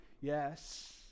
Yes